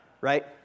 Right